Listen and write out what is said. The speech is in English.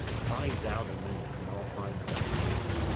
find thou the means, and i'll find such a man.